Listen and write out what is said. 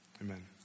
Amen